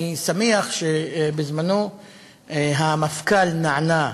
אני שמח שבזמנו המפכ"ל נענה,